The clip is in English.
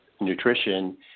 nutrition